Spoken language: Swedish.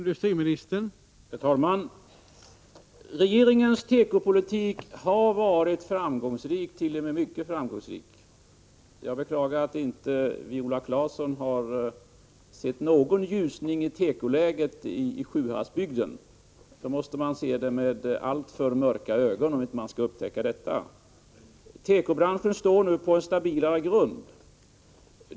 Herr talman! Regeringens tekopolitik har varit framgångsrik, t.o.m. mycket framgångsrik. Jag beklagar att Viola Claesson inte har upptäckt någon ljusning när det gäller tekoläget i Sjuhäradsbygden. Kan man inte upptäcka någon ljusning måste man se på det hela alltför mörkt. Tekobranschen står nu på en stabilare grund.